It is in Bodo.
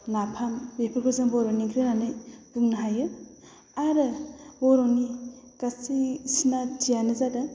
नाफाम बेफोरखौ जों बर'नि ओंख्रि होननानै बुंनो हायो आरो बर'नि गासै सिनायथियानो जादों